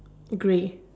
grey